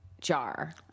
jar